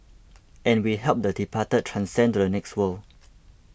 and we help the departed transcend to the next world